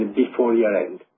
before-year-end